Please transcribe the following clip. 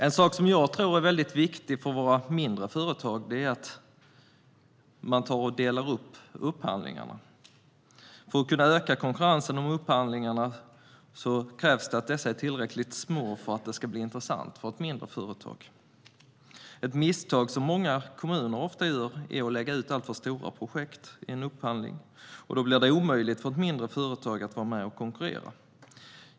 En sak som jag tror är viktig för våra mindre företag är att man delar upp upphandlingarna. För att kunna öka konkurrensen om upphandlingarna krävs att dessa är tillräckligt små för att bli intressanta för ett mindre företag. Ett misstag som kommuner ofta gör är att lägga ut alltför stora projekt i en upphandling. Då blir det omöjligt för mindre företag att vara med och konkurrera.